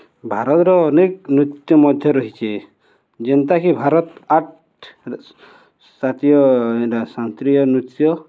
ଭାରତ୍ର ଅନେକ ନୃତ୍ୟ ମଧ୍ୟ ରହିଚେ ଯେନ୍ତାକି ଭାରତ୍ ଆଠ୍ ଇଟା ଶାନ୍ତ୍ରୀୟ ନୃତ୍ୟ